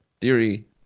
theory